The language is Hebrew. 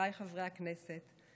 חבריי חברי הכנסת,